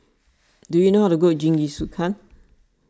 do you know how to cook Jingisukan